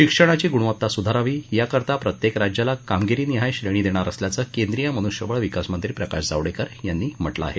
शिक्षणाची गृणवत्ता सुधारावी याकरता प्रत्येक राज्यांला कामगिरी निहाय श्रेणी देणार असल्याचं केंद्रीय मनृष्यबळ विकासमंत्री प्रकाश जावडेकर यांनी म्हटलं आहे